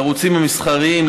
לערוצים המסחריים,